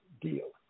deal